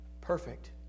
Perfect